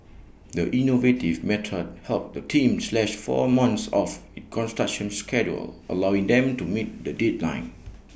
the innovative method helped the team slash four months off its construction schedule allowing them to meet the deadline